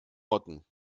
motten